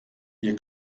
ihr